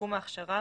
מיקום ההכשרה,